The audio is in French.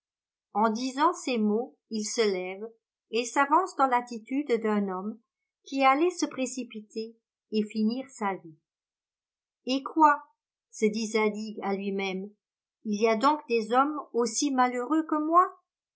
en disant ces mots il se lève et s'avance dans l'attitude d'un homme qui allait se précipiter et finir sa vie eh quoi se dit zadig à lui-même il y a donc des hommes aussi malheureux que moi